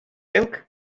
silk